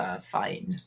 fine